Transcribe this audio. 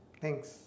Thanks